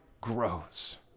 grows